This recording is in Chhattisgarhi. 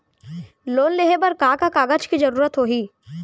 लोन लेहे बर का का कागज के जरूरत होही?